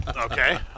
Okay